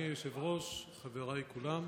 אדוני היושב-ראש, חבריי כולם,